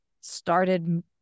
started